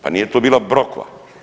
Pa nije to bila brokva.